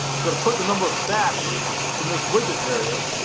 so to put the number of sats in this widget area,